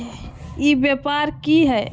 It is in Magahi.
ई व्यापार की हाय?